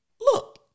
look